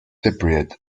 cypriot